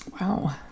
Wow